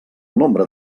nombre